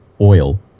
oil